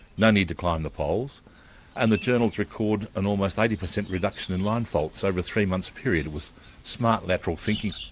no need to climb the poles and the journals record an almost eighty percent reduction in line faults over a three months period. it was smart lateral thinking.